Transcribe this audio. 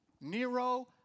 Nero